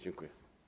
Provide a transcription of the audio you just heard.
Dziękuję.